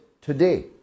today